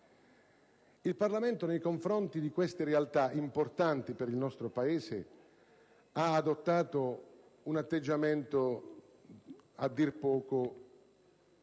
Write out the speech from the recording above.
Il Parlamento, nei confronti di queste realtà importanti per il nostro Paese, ha adottato un atteggiamento a dir poco ambiguo.